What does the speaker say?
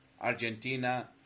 Argentina